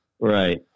Right